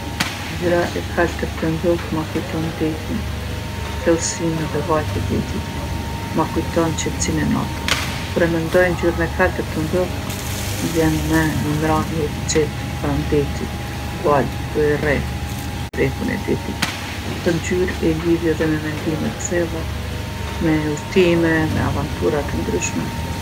Ngjyra e kaltërt e mbylltë ma kujton detin, thellsinë edhe valtë e detit. Ma kujton qetsinë e natës. Kur e mendoj ngjyrën e kaltërt të mbylltë, m'bjen n'men nji mramje e qetë pranë detit, valtë tu e rreh bregun e detit. Këtë ngjyrë e lidhi edhe me mendime t'thella, me udhtime, me avantura të ndryshme.